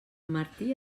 martí